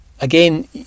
again